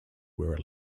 were